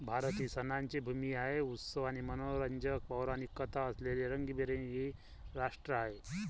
भारत ही सणांची भूमी आहे, उत्सव आणि मनोरंजक पौराणिक कथा असलेले रंगीबेरंगी राष्ट्र आहे